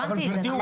הבנתי את זה,